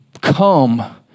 come